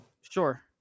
Sure